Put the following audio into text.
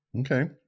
Okay